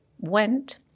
went